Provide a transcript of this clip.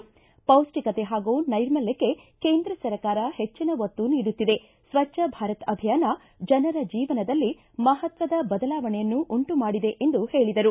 ಪೌಷ್ಷಿಕತೆ ಹಾಗೂ ನೈರ್ಮಲ್ಯಕ್ಕೆ ಕೇಂದ್ರ ಸರ್ಕಾರ ಹೆಚ್ಚಿನ ಒತ್ತು ನೀಡುತ್ತಿದೆ ಸ್ಪಜ್ಞ ಭಾರತ ಅಭಿಯಾನ ಜನರ ಜೀವನದಲ್ಲಿ ಮಹತ್ತದ ಬದಲಾವಣೆಯನ್ನು ಉಂಟು ಮಾಡಿದೆ ಎಂದು ಪೇಳಿದರು